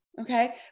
okay